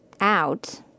out